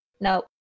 no